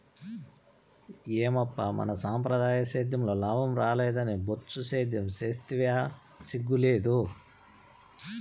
ఏమప్పా మన సంప్రదాయ సేద్యంలో లాభం రాలేదని బొచ్చు సేద్యం సేస్తివా సిగ్గు లేదూ